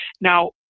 Now